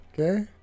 Okay